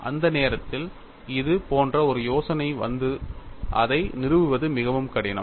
அந்த நேரத்தில் இது போன்ற ஒரு யோசனைக்கு வந்து அதை நிறுவுவது மிகவும் கடினம்